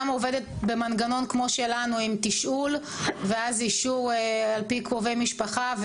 עובדת במנגנון כמו שלנו עם תשאול ואז אישור על פי קרובי משפחה.